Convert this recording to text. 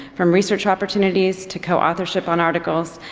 from research opportunities to co-authorship on articles,